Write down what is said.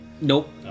Nope